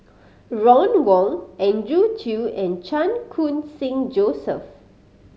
Ron Wong Andrew Chew and Chan Khun Sing Joseph